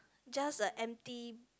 just a empty